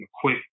quick